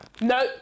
No